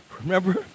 Remember